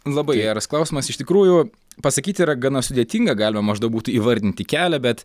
labai geras klausimas iš tikrųjų pasakyt yra gana sudėtinga galima maždaug būtų įvardinti kelią bet